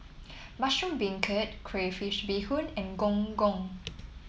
Mushroom Beancurd Crayfish Beehoon and Gong Gong